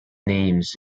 names